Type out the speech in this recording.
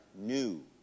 new